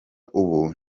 ubu